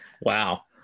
wow